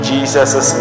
Jesus